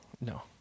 No